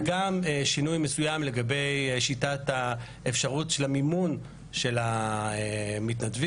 וגם שינוי מסוים לגבי אפשרות המימון של המתנדבים.